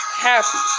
happy